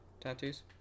tattoos